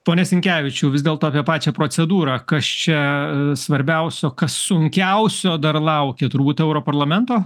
pone sinkevičiau vis dėlto apie pačią procedūrą kas čia svarbiausio kas sunkiausio dar laukia turbūt europarlamento